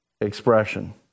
expression